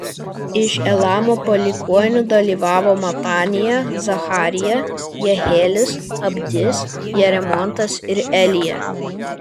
iš elamo palikuonių dalyvavo matanija zacharija jehielis abdis jeremotas ir elija